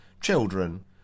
children